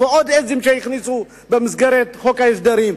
ועוד עזים שהכניסו בחוק ההסדרים.